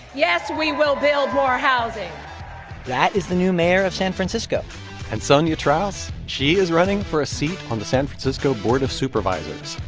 yes, we will build more housing that is the new mayor of san francisco and sonja trauss she is running for a seat on the san francisco board of supervisors.